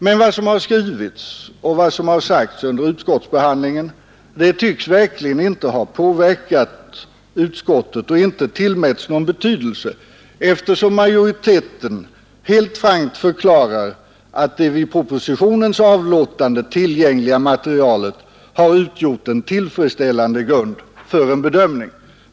Men vad som har skrivits och sagts under utskottets behandling tycks verkligen inte ha påverkat utskottet och inte ha tillmätts någon betydelse, eftersom majoriteten helt frankt förklarar att det vid propositionens avlåtande tillgängliga materialet har utgjort en tillfredsställande grund för en bedömning.